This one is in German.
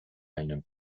einem